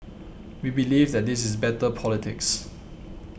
we believe that this is better politics